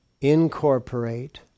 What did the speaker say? incorporate